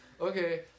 Okay